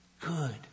Good